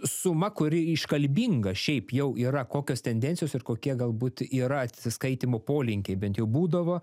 suma kuri iškalbinga šiaip jau yra kokios tendencijos ir kokia galbūt yra atsiskaitymo polinkiai bent jau būdavo